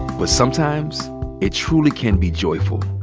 but sometimes it truly can be joyful.